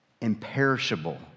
imperishable